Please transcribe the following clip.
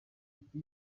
ati